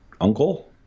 uncle